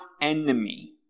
enemy